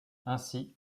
ainsi